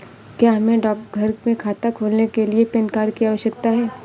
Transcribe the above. क्या हमें डाकघर में खाता खोलने के लिए पैन कार्ड की आवश्यकता है?